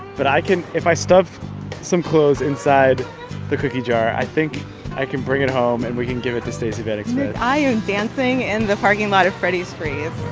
but i can if i stuff some clothes inside the cookie jar, i think i can bring it home, and we can give it to stacey vanek smith i am dancing in the parking lot of freddies freeze.